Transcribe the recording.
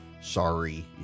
Sorry